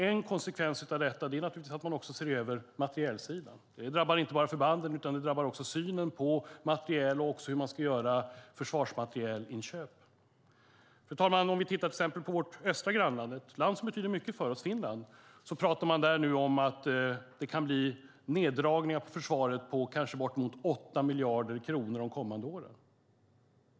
En konsekvens av detta är naturligtvis att man också ser över materielsidan. Det drabbar inte bara förbanden, utan det drabbar också synen på materiel och på hur man ska göra försvarsmaterielinköp. Fru talman! I till exempel vårt östra grannland Finland, ett land som betyder mycket för oss, pratar man nu om att det kan bli neddragningar i försvaret med kanske bortemot 8 miljarder kronor de kommande åren.